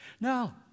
No